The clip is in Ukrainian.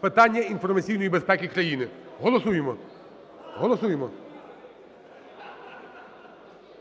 питання інформаційної безпеки країни. Голосуємо.